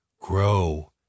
grow